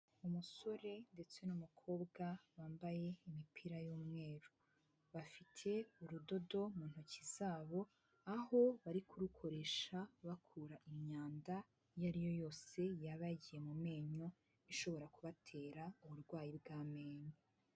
Umusore ndetse n'umukobwa bambaye imipira y'umweru. Bafite urudodo mu ntoki zabo aho bari kurukoresha bakura imyanda iyo ari yo yose yaba yagiye mu menyo, ishobora kubatera uburwayi bw'amenyo.